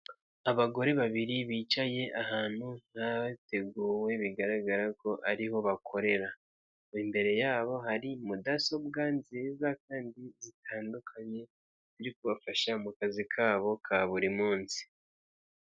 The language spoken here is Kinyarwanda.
Abagore babiri bicaye ahantu hateguwe bigaragara ko ariho bakorera, imbere yabo hari mudasobwa nziza kandi zitandukanye zo kubafasha mu kazi kabo ka buri munsi.